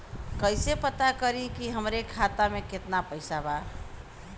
कइसे पता करि कि हमरे खाता मे कितना पैसा बा?